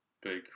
big